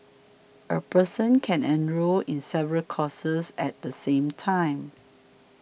a person can enrol in several courses at the same time